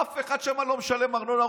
אף אחד שם לא משלם ארנונה.